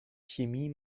chemie